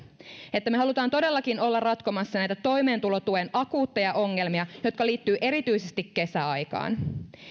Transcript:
me haluamme todellakin olla ratkomassa näitä toimeentulotuen akuutteja ongelmia jotka liittyvät erityisesti kesäaikaan